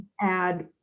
add